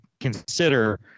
consider